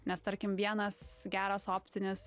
nes tarkim vienas geras optinis